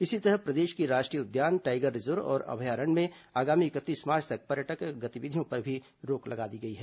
इसी तरह प्रदेश के राष्ट्रीय उद्यान टाईगर रिजर्व और अभयारण्य में आगामी इकतीस मार्च तक पर्यटक गतिविधियों पर भी रोक लगा दी गई है